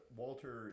walter